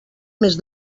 més